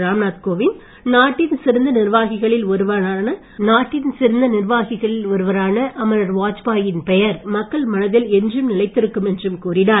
ராம்நாத் கோவிந்த் நாட்டின் சிறந்த நிர்வாகிகளில் ஒருவரான அமரர் வாஜ்பாயின் பெயர் மக்கள் மனதில் என்றும் நிலைத்திருக்கும் என்றும் கூறினார்